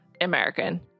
american